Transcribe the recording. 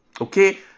Okay